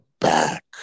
back